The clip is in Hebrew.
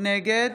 נגד